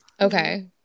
Okay